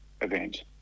event